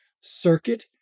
circuit